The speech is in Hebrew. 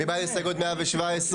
מי בעד הסתייגות 117?